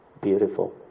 beautiful